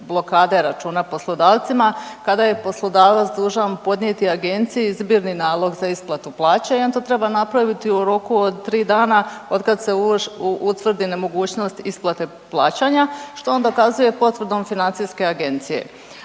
blokade računa poslodavcima kada je poslodavac dužan podnijeti Agenciji zbirni nalog za isplatu plaće i on to treba napraviti u roku od 3 dana od kad se utvrdi nemogućnost isplate plaćanja, što on dokazuje potvrdom FINA-e. Uočeno je